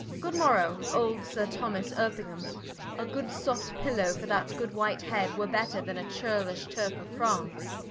good morrow old sir thomas erpingham a good soft pillow for that good white head, were better then a churlish turfe of france